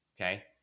Okay